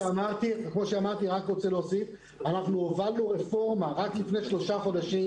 אני רק רוצה להוסיף שאנחנו הובלנו רפורמה רק לפני שלושה חודשים